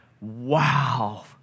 wow